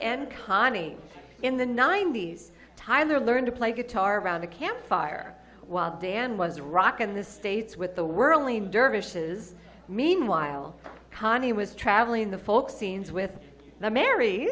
and conny in the ninety's tyler learned to play guitar around the camp fire while dan was rockin the states with the whirling dervishes meanwhile conny was traveling the folk scenes with mary